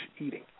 eating